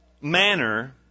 manner